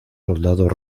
soldados